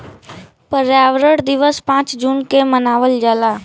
पर्यावरण दिवस पाँच जून के मनावल जाला